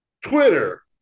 Twitter